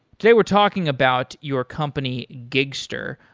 today we're talking about your company gigster,